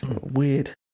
weird